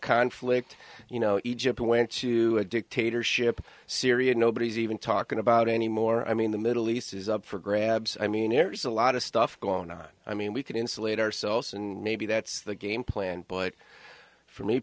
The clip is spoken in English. conflict you know egypt went to a dictatorship syria nobody's even talking about anymore i mean the middle east is up for grabs i mean there's a lot of stuff going on i mean we can insulate ourselves and maybe that's the game plan but for me